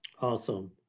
Awesome